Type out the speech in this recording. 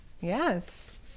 Yes